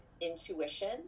intuition